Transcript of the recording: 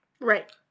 Right